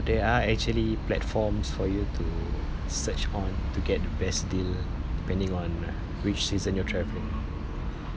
so there are actually platforms for you to search on to get the best deal depending on uh which season you're travelling